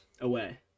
away